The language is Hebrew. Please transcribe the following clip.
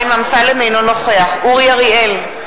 אינו נוכח אורי אריאל,